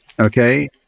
okay